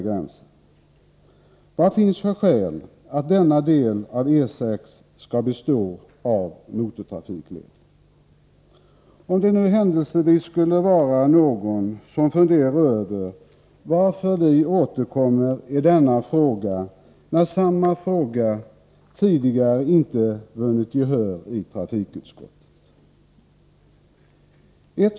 Vilka skäl finns det för att denna del av E 6 skall ha formen av motortrafikled? Om det händelsevis skulle vara någon som funderar över varför vi återkommer i denna fråga, som tidigare inte vunnit gehör i trafikutskottet, skall jag ge en förklaring till detta.